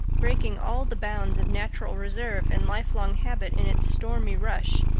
breaking all the bounds of natural reserve and lifelong habit in its stormy rush,